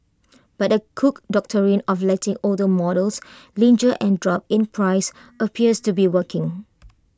but the cook Doctrine of letting older models linger and drop in price appears to be working